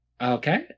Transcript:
Okay